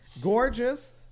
Gorgeous